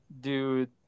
Dude